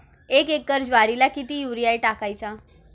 एक एकर ज्वारीला किती युरिया टाकायचा?